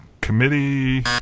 Committee